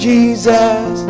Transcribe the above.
Jesus